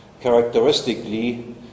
Characteristically